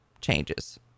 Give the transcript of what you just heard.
changes